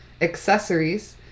accessories